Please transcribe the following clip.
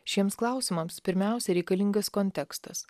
šiems klausimams pirmiausia reikalingas kontekstas